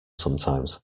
sometimes